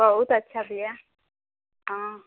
बहुत अच्छा भैया हाँ